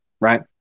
right